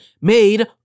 made